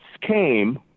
came